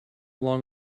long